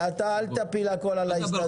אתה אל תפיל הכול על ההסתדרות.